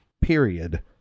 period